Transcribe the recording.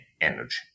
energy